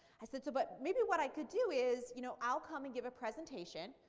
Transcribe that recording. i said so but maybe what i could do is you know i'll come and give a presentation.